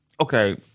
Okay